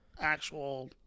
actual